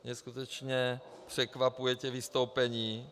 Mě skutečně překvapují tato vystoupení.